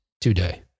today